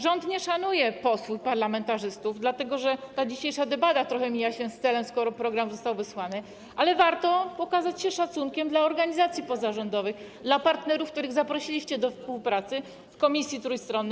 Rząd nie szanuje posłów, parlamentarzystów, dlatego że ta dzisiejsza debata trochę mija się z celem, skoro program został wysłany, ale warto wykazać się szacunkiem dla organizacji pozarządowych, dla partnerów, których zaprosiliście do współpracy w komisji trójstronnej.